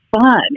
fun